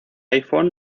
iphone